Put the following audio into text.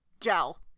gel